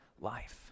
life